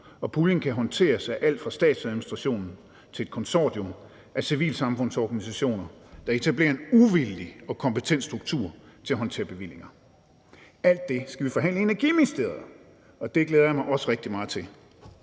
og puljen kan håndteres af alt fra statsadministrationen til et konsortium af civilsamfundsorganisationer, der etablerer en uvildig og kompetent struktur til at håndtere bevillinger. Alt det skal vi forhandle i Klima-, Energi- og Forsyningsministeriet, og det glæder jeg mig også rigtig meget til.